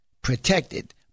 protected